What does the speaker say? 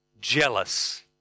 jealous